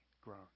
grown